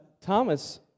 Thomas